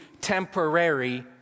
temporary